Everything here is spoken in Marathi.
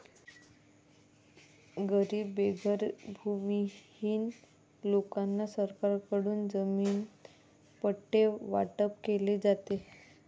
गरीब बेघर भूमिहीन लोकांना सरकारकडून जमीन पट्टे वाटप केले जाते